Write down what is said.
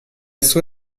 sue